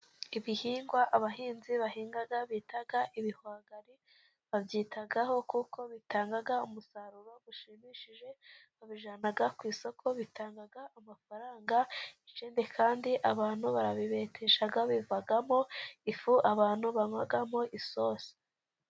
Ibihingwa abahinzi bahinga bita ibihwagari, babyitaho kuko bitanga umusaruro ushimishije, babijyana ku isoko, bitangaga amafaranga, ikindi kandi abantu barabibetesha, bivamo ifu abantu banywamo isosi.